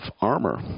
armor